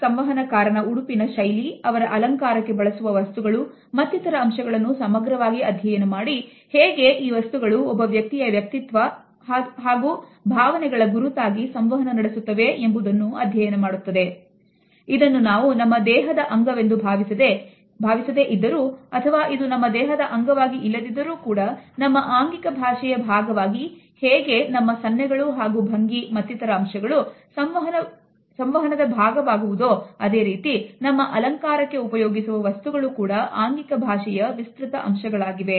Artifacts ಸಂವಹನಕಾರ ನ ಉಡುಪಿನ ಶೈಲಿ ಅವರ ಅಲಂಕಾರಕ್ಕೆ ಬಳಸುವ ವಸ್ತುಗಳು ಮತ್ತಿತರ ಅಂಶಗಳನ್ನು ಸಮಗ್ರವಾಗಿ ಅಧ್ಯಯನ ಮಾಡಿ ಹೇಗೆ ಈ ವಸ್ತುಗಳು ಒಬ್ಬ ವ್ಯಕ್ತಿಯ ವ್ಯಕ್ತಿತ್ವದ ಅಥವಾ ಭಾವನೆಗಳ ಗುರುತಾಗಿ ಸಂವಹನ ನಡೆಸುತ್ತವೆ ಎಂಬುದನ್ನು ಅಧ್ಯಯನಇದನ್ನು ನಾವು ನಮ್ಮ ದೇಹದ ಅಂಗವೆಂದು ಭಾವಿಸದೆ ಇದ್ದರೂ ಅಥವಾ ಇದು ನಮ್ಮ ದೇಹದ ಅಂಗವಾಗಿ ಇಲ್ಲದಿದ್ದರೂ ಕೂಡ ನಮ್ಮ ಆಂಗಿಕ ಭಾಷೆಯ ಭಾಗವಾಗಿ ಹೇಗೆ ನಮ್ಮ ಸನ್ನೆಗಳು ಹಾಗೂ ಭಂಗಿ ಮತ್ತಿತರ ಅಂಶಗಳು ಸಂವಹನದ ಭಾಗವಾಗುವುದು ಅದೇ ರೀತಿ ನಮ್ಮ ಅಲಂಕಾರಕ್ಕೆ ಉಪಯೋಗಿಸುವ ವಸ್ತುಗಳು ಕೂಡ ಆಂಗಿಕ ಭಾಷೆಯ ವಿಸ್ತೃತ ಅಂಶಗಳಾಗಿವೆ